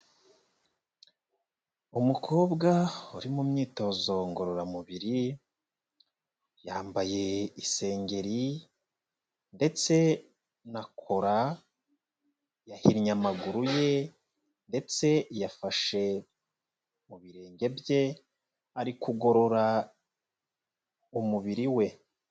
Umukobwa uri mu myitozo ngororamubiri, yambaye isengeri ndetse na kora, yahinnye amaguru ye ndetse yafashe mu birenge bye, ari kugorora umubiri we.